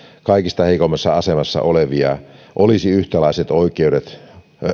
kaikista heikoimmassa asemassa olevia olisi yhtäläiset oikeudet